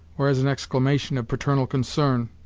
or as an exclamation of paternal concern,